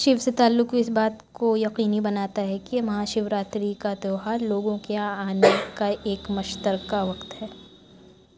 شیو سے تعلق اس بات کو یقینی بناتا ہے کہ مہا شیوراتری کا تہوار لوگوں کے آنے کا ایک مشترکہ وقت ہے